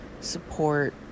support